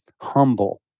humble